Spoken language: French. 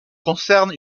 concernent